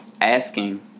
asking